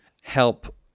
help